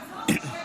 ההתנגדות.